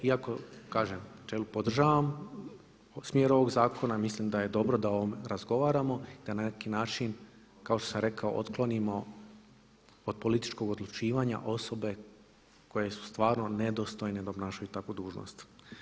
Iako kažem u načelu podržavam smjer ovog zakona, mislim da je dobro da o ovom razgovaramo, da na neki način kao što sam rekao otklonimo od političkog odlučivanja osobe koje su stvarno nedostojne da obnašaju takvu dužnost.